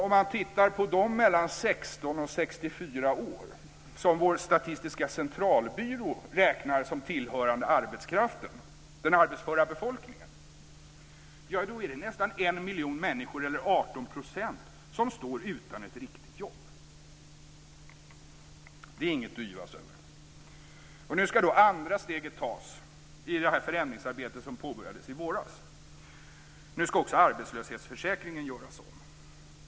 Om man tittar på dem mellan 16 och 64 år som vår statiska centralbyrå räknar som tillhörande arbetskraften - den arbetsföra befolkningen - ser man att nästan 1 miljon människor eller 18 % står utan ett riktigt jobb. Det är inget att yvas över. Nu ska andra steget tas i det förändringsarbete som påbörjades i våras. Nu ska också arbetslöshetsförsäkringen göras om.